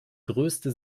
größte